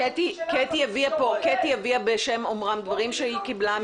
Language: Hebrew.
קטי הביאה בשם אומרם דברים שהם קיבלה.